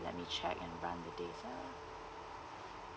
let me check and run the data